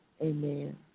amen